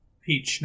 Peach